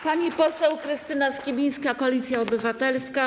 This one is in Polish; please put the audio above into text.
Pani poseł Krystyna Skibińska, Koalicja Obywatelska.